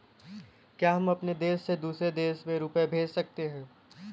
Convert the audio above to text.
क्या हम अपने देश से दूसरे देश में रुपये भेज सकते हैं?